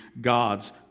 God's